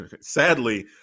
sadly